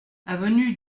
avenue